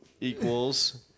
equals